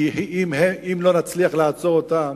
כי אם לא נצליח לעצור אותם,